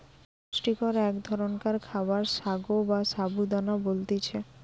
পুষ্টিকর এক ধরণকার খাবার সাগো বা সাবু দানা বলতিছে